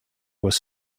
was